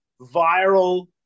viral